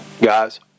Guys